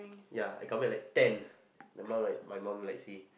ya I come back like ten my mom like my mom like say